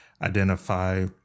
identify